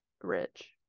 rich